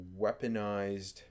weaponized